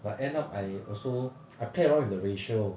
but end up I also I played around with the ratio